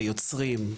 ביוצרים,